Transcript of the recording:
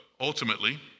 ultimately